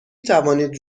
توانید